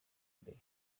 imbere